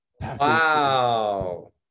Wow